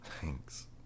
Thanks